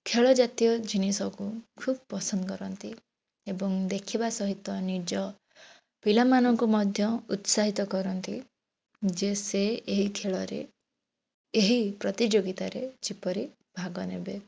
ଖେଳଜାତୀୟ ଜିନିଷକୁ ଖୁବ୍ ପସନ୍ଦ କରନ୍ତି ଏବଂ ଦେଖିବା ସହିତ ନିଜ ପିଲାମାନଙ୍କୁ ମଧ୍ୟ ଉତ୍ସାହିତ କରନ୍ତି ଯେ ସେ ଏହି ଖେଳରେ ଏହି ପ୍ରତିଯୋଗିତାରେ ଯେପରି ଭାଗ ନେବେ